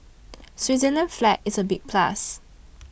Switzerland's flag is a big plus